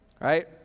Right